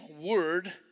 word